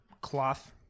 cloth